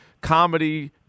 comedy